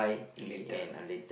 later